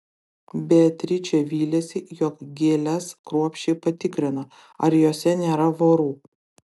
beatričė vylėsi jog gėles kruopščiai patikrino ar jose nėra vorų